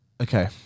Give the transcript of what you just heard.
Okay